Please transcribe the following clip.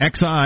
Xi